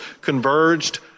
converged